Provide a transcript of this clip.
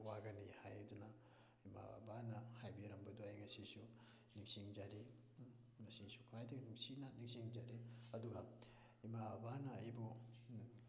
ꯋꯥꯒꯅꯤ ꯍꯥꯏꯗꯨꯅ ꯏꯃꯥ ꯕꯕꯥꯅ ꯍꯥꯏꯕꯤꯔꯝꯕꯗꯣ ꯑꯩ ꯉꯁꯤꯁꯨ ꯅꯤꯡꯁꯤꯡꯖꯔꯤ ꯉꯁꯤꯁꯨ ꯈ꯭ꯋꯥꯏꯗꯒꯤ ꯅꯨꯡꯁꯤꯅ ꯅꯤꯡꯁꯤꯡꯖꯔꯤ ꯑꯗꯨꯒ ꯏꯃꯥ ꯕꯕꯥꯅ ꯑꯩꯕꯨ